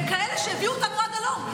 הם אלה שהביאו אותנו עד הלום.